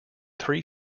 three